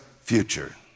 future